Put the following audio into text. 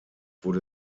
wurde